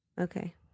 Okay